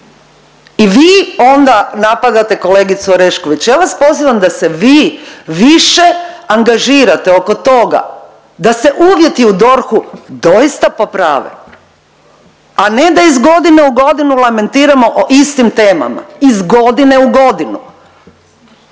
I vi onda napadate kolegicu Orešković. Ja vas pozivam da se vi više angažirate oko toga da se uvjeti u DORH-u doista poprave, a ne da iz godine u godinu lamentiramo o istim temama, iz godine u godinu.